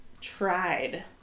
tried